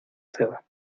seda